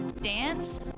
dance